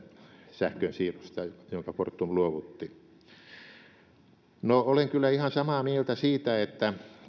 sähkönsiirrosta jonka fortum luovutti olen kyllä ihan samaa mieltä siitä että